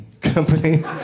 Company